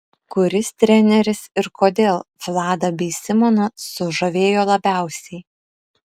kuris treneris ir kodėl vladą bei simoną sužavėjo labiausiai